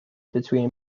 between